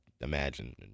imagine